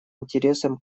интересам